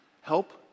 Help